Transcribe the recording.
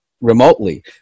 remotely